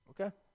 Okay